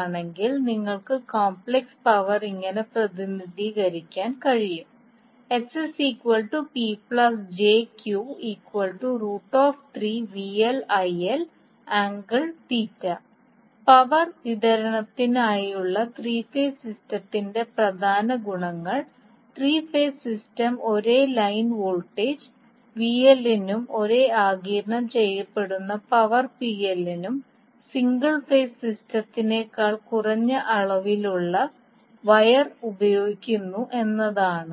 ആണെങ്കിൽ നിങ്ങൾക്ക് complex power ഇങ്ങനെ പ്രതിനിധീകരിക്കാൻ കഴിയും പവർ വിതരണത്തിനായുള്ള ത്രീ ഫേസ് സിസ്റ്റത്തിന്റെ പ്രധാന ഗുണങ്ങൾ ത്രീ ഫേസ് സിസ്റ്റം ഒരേ ലൈൻ വോൾട്ടേജ് നും ഒരേ ആഗിരണം ചെയ്യപ്പെടുന്ന പവർ നും സിംഗിൾ ഫേസ് സിസ്റ്റത്തേക്കാൾ കുറഞ്ഞ അളവിലുള്ള വയർ ഉപയോഗിക്കുന്നു എന്നതാണ്